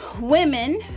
women